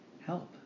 help